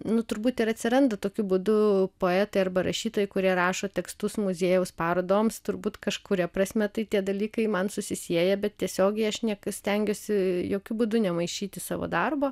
nu turbūt ir atsiranda tokiu būdu poetai arba rašytojai kurie rašo tekstus muziejaus parodoms turbūt kažkuria prasme tai tie dalykai man susisieja bet tiesiogiai aš nieka stengiuosi jokiu būdu nemaišyti savo darbo